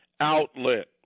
outlet